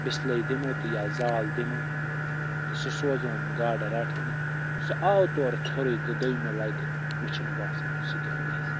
بِسلَے دِمو تہٕ یا زال دِمو تہٕ سوزون گاڈٕ رَٹنہِ سُہ آو تورٕ ژھوٚرٕے تہٕ دۄیمہِ لٹہِ مےٚ چھُنہٕ باسان سُہ کیٚاہ گَژھِ